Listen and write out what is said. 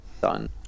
Done